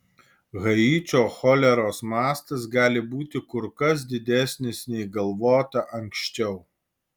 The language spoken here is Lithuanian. haičio choleros mastas gali būti kur kas didesnis nei galvota anksčiau